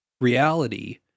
reality